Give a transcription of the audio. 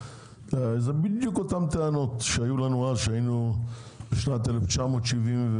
אלה בדיוק אותן טענות בשנת 1975-1974,